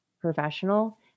professional